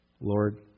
Lord